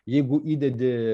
jeigu įdedi